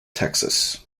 texas